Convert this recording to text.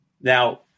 Now